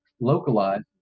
localized